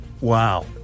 Wow